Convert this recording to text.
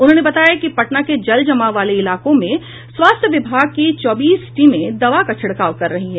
उन्होंने बताया कि पटना के जल जमाव वाले इलाकों में स्वास्थ्य विभाग की चौबीस टीमें दवा का छिड़काव कर रही हैं